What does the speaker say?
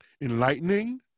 enlightening